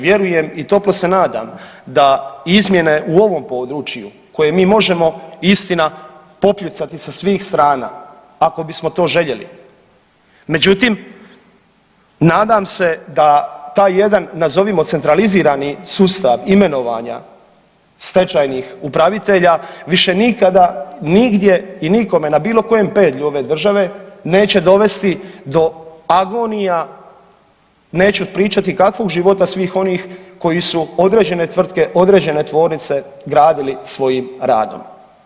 Vjerujem i toplo se nadam da izmjene u ovom području koje mi možemo istina popljucati sa svih strana, ako bismo to željeli, međutim nadam se da taj jedan nazovimo centralizirani sustav imenovanja stečajnih upravitelja više nikada nigdje i nikome na bilo kojem pedlju ove države neće dovesti do agonija, neću pričati kakvog života svih onih koji su određene tvrtke, određene tvornice gradili svojim radom.